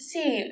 See